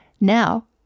Now